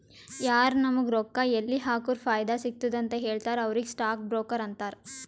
ಯಾರು ನಾಮುಗ್ ರೊಕ್ಕಾ ಎಲ್ಲಿ ಹಾಕುರ ಫೈದಾ ಸಿಗ್ತುದ ಅಂತ್ ಹೇಳ್ತಾರ ಅವ್ರಿಗ ಸ್ಟಾಕ್ ಬ್ರೋಕರ್ ಅಂತಾರ